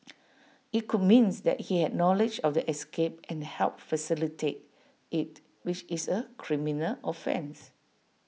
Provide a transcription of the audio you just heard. IT could means that he had knowledge of the escape and helped facilitate IT which is A criminal offence